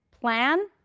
plan